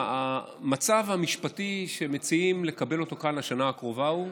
המצב המשפטי שמציעים לקבל כאן לשנה הקרובה הוא,